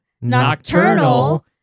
Nocturnal